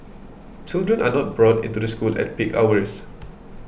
children are not brought into the school at peak hours